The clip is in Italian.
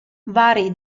vari